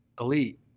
elite